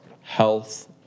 health